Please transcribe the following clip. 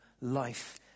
life